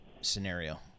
scenario